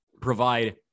provide